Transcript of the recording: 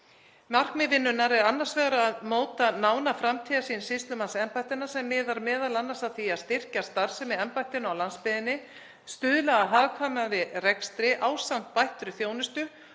Markmið vinnunnar er annars vegar að móta nánar framtíðarsýn sýslumannsembættanna sem miðar m.a. að því að styrkja starfsemi embættanna á landsbyggðinni og stuðla að hagkvæmari rekstri ásamt bættri þjónustu,